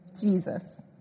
Jesus